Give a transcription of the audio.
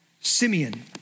Simeon